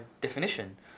definition